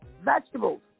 vegetables